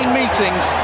meetings